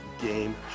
game